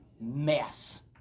mess